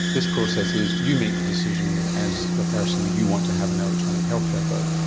this process is you make the decision as the person you want to have an electronic health record,